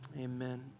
Amen